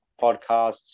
podcasts